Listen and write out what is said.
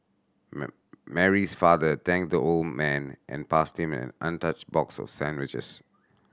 Mary's father thanked the old man and passed him an untouched box of sandwiches